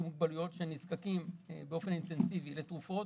עם מוגבלויות שנזקקים באופן אינטנסיבי לתרופות.